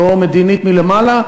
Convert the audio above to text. לא מדינית מלמעלה,